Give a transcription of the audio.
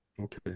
Okay